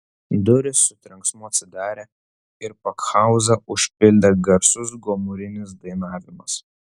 durys su trenksmu atsidarė ir pakhauzą užpildė garsus gomurinis dainavimas